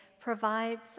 provides